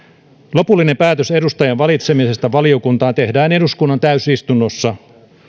lopullinen päätös edustajan valitsemisesta valiokuntaan tehdään eduskunnan täysistunnossa